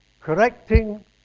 correcting